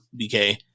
BK